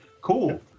Cool